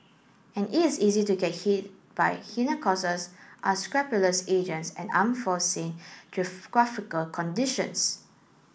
and it is easy to get hit by hidden unscrupulous agents and unforeseen geographical conditions